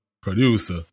producer